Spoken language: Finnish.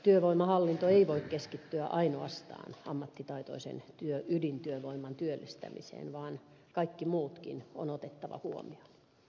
työvoimahallinto ei voi keskittyä ainoastaan ammattitaitoisen ydintyövoiman työllistämiseen vaan kaikki muutkin on otettava huomioon